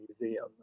museum